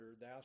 Thou